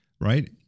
right